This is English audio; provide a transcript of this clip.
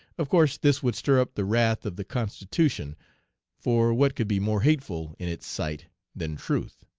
of course this would stir up the wrath of the constitution for what could be more hateful in its sight than truth?